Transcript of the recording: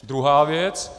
Druhá věc.